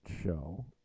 show